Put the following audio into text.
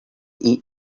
eat